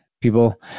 People